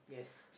yes